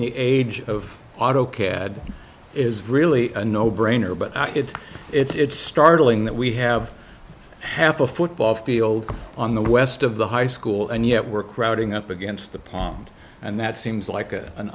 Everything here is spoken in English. the age of autocad is really a no brainer but it's it's startling that we have half a football field on the west of the high school and yet we're crowding up against the pond and that seems like